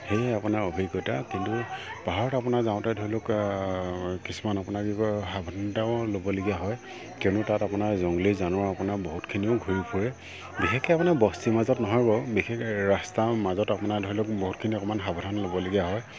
সেয়েহে আপোনাৰ অভিজ্ঞতা কিন্তু পাহাৰত আপোনাৰ যাওঁতে ধৰি লওক কিছুমান আপোনাৰ কি কয় সাৱধানতাও ল'বলগীয়া হয় কিয়নো তাত আপোনাৰ জংঘলী জানোৱাৰ আপোনাৰ বহুতখিনিও ঘূৰি ফুৰে বিশেষকৈ আপোনাৰ বস্তিৰ মাজত নহয় বাৰু বিশেষ ৰাস্তাৰ মাজত আপোনাৰ ধৰি লওক বহুতখিনি অকণমান সাৱধান ল'বলগীয়া হয়